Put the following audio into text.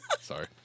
Sorry